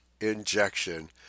injection